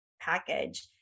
package